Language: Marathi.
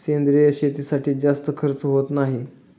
सेंद्रिय शेतीसाठी जास्त खर्च होत नाही